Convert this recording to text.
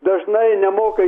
dažnai nemoka